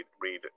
read